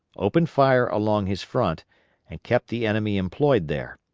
opened fire along his front and kept the enemy employed there,